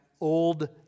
old